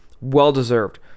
well-deserved